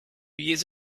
years